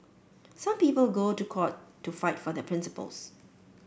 some people go to court to fight for their principles